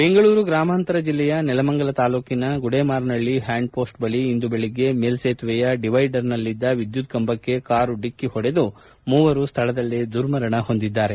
ಬೆಂಗಳೂರು ಗ್ರಾಮಾಂತರ ಜಿಲ್ಲೆಯ ನೆಲಮಂಗಲ ತಾಲ್ಲೂಕಿನ ಗುಡೇಮಾರನಹಳ್ಳಿ ಹ್ಯಾಂಡ್ ಪೋಸ್ಟ್ ಬಳಿ ಇಂದು ಬೆಳಗ್ಗೆ ಮೇಲ್ಲತುವೆಯ ಡಿವೈಡರ್ನಲ್ಲಿದ್ದ ವಿದ್ಯುತ್ ಕಂಬಕ್ಕೆ ಕಾರು ಡಿಕ್ಕಿ ಹೊಡೆದು ಮೂವರು ಸ್ಥಳದಲ್ಲೇ ದುರ್ಮರಣ ಹೊಂದಿದ್ದಾರೆ